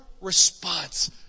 response